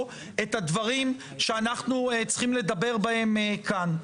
את הדברים שאנחנו צריכים לדבר בהם כאן.